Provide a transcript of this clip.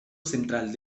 central